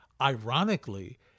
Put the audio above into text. Ironically